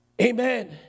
Amen